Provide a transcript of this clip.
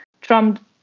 Trump